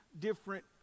different